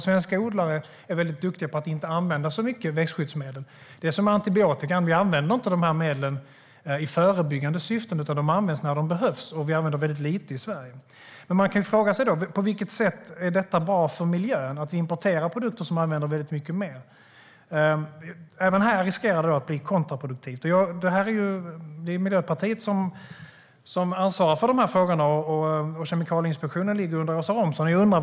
Svenska odlare är duktiga på att inte använda mycket växtskyddsmedel. Det är som med antibiotikan. Vi använder inte medlen i förebyggande syfte, utan de används när de behövs. Och vi använder väldigt lite i Sverige. På vilket sätt är det då bra för miljön att vi importerar produkter där man har använt mycket mer medel? Även här riskerar det att bli kontraproduktivt. Det är Miljöpartiet som ansvarar för de frågorna. Kemikalieinspektionen ligger inom Åsa Romsons ansvarsområde.